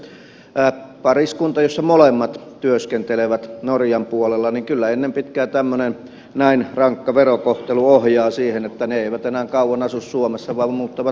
jos on kyseessä pariskunta jossa molemmat työskentelevät norjan puolella niin kyllä ennen pitkää tämmöinen näin rankka verokohtelu ohjaa siihen että he eivät enää kauan asu suomessa vaan muuttavat norjan puolelle